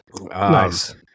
Nice